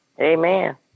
Amen